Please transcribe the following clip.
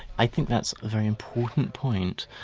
i think that's a very important point.